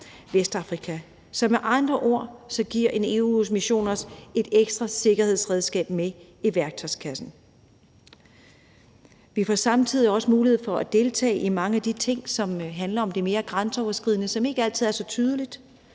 Vestafrika. Så med andre ord giver en EU-mission os et ekstra sikkerhedsredskab med i værktøjskassen. Vi får samtidig også mulighed for at deltage i mange af de ting, som handler om det mere grænseoverskridende, og som ikke altid er så tydeligt.